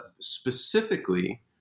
specifically